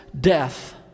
death